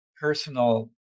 personal